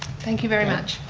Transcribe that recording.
thank you very much.